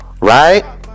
Right